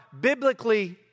biblically